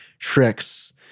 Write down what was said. tricks